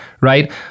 right